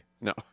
No